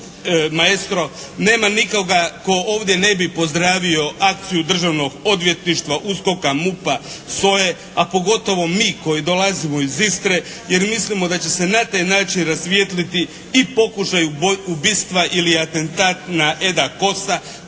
maestro, nema nikoga tko ovdje ne bi pozdravio akciju Državnog odvjetništva, USKOK-a, MUP-a, SOE, a pogotovo mi koji dolazimo iz Istre jer mislimo da će se na taj način rasvijetliti i pokušaj ubistva ili atentat na Eda Kosa